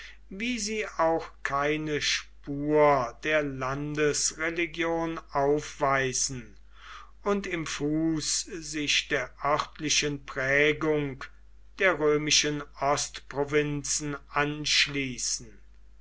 wie sie auch keine spur der landesreligion aufweisen und im fuß sich der örtlichen prägung der römischen ostprovinzen anschließen